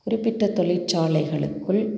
குறிப்பிட்டத் தொழிற்சாலைகளுக்குள்